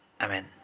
Amen